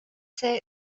see